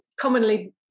commonly